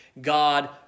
God